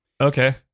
Okay